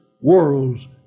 worlds